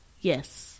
Yes